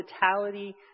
hospitality